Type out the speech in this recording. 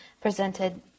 presented